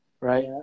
right